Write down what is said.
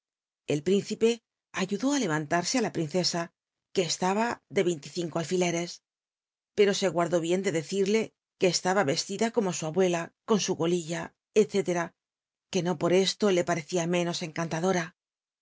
el principc ayudó á lerantarsc á la princesa que estalm de rcinticinco alfileres pero se guardó hicn de decirle que estaba ycstida como su abuela con su biblioteca nacional de españa golilla etcétera que no por c to le parecía ménos encantadora